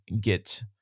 get